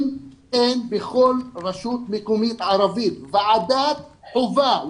אם אין בכל רשות מקומית ערבית ועדת חובה,